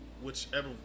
whichever